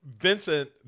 Vincent